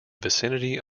vicinity